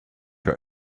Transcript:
your